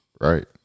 Right